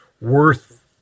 Worth